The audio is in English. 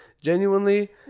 genuinely